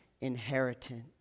inheritance